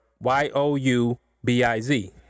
Y-O-U-B-I-Z